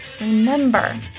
remember